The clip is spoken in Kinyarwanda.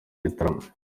gitarama